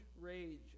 rage